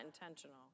intentional